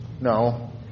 No